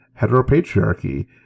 heteropatriarchy